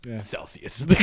Celsius